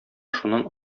шуннан